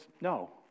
No